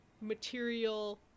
material